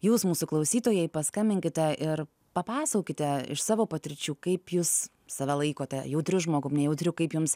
jūs mūsų klausytojai paskambinkite ir papasakokite iš savo patirčių kaip jūs save laikote jautriu žmogumi jautriu kaip jums